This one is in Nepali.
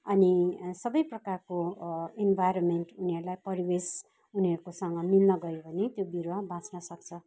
अनि सबै प्रकारको इभाइरोन्मेन्ट उनीहरूलाई परिवेश उनीहरूकोसँग मिल्न गयो भने त्यो बिरुवा बाँच्न सक्छ